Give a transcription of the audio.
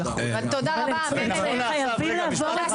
תתחילו להתעורר,